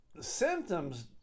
symptoms